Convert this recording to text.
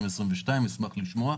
אשמח לשמוע.